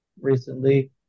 recently